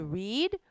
read